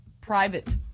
private